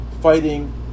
fighting